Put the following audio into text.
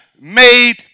made